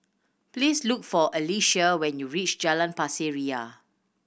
please look for Alecia when you reach Jalan Pasir Ria